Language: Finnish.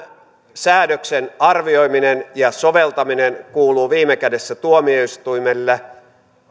säädöksen arvioiminen ja soveltaminen kuuluu viime kädessä tuomioistuimille